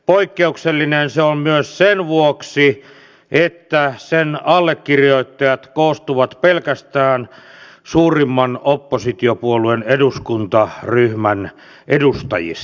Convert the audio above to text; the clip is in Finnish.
poikkeuksellinen se on myös sen vuoksi että sen allekirjoittajat koostuvat pelkästään suurimman oppositiopuolueen eduskuntaryhmän edustajista